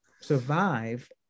survive